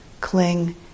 cling